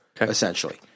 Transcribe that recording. essentially